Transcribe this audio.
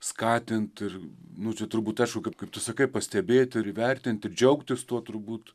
skatint ir nusiu turbūt aišku kad kaip tu sakai pastebėti ir įvertinti ir džiaugtis tuo turbūt